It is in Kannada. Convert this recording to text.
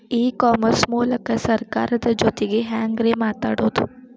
ಇ ಕಾಮರ್ಸ್ ಮೂಲಕ ಸರ್ಕಾರದ ಜೊತಿಗೆ ಹ್ಯಾಂಗ್ ರೇ ಮಾತಾಡೋದು?